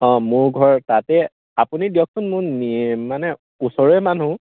অঁ মোৰ ঘৰ তাতে আপুনি দিয়কচোন মোৰ নি মানে ওচৰৰে মানুহ